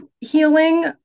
healing